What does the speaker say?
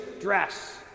dress